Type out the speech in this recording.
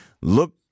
look